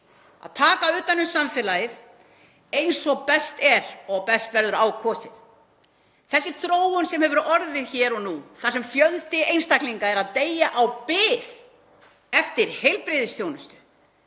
að taka utan um samfélagið eins og best er og best verður á kosið. Þessi þróun sem hefur orðið hér og nú, þar sem fjöldi einstaklinga er að deyja á bið eftir heilbrigðisþjónustu,